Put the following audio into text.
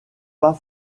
pas